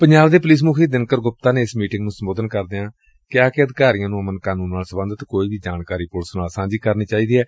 ਪੰਜਾਬ ਦੇ ਪੁਲਿਸ ਮੁਖੀ ਦਿਨਕਰ ਗੁਪਤਾ ਨੇ ਇਸ ਮੀਟਿੰਗ ਨੂੰ ਸੰਬੋਧਨ ਕਰਦਿਆਂ ਕਿਹਾ ਕਿ ਅਧਿਕਾਰੀਆਂ ਨੂੰ ਅਮਨ ਕਾਨੂੰਨ ਨਾਲ ਸਬੰਧਤ ਕੋਈ ਵੀ ਜਾਣਕਾਰੀ ਪੁਲਿਸ ਨਾਲ ਸਾਂਝੀ ਕਰਨੀ ਚਾਹੀਦੀ ਏ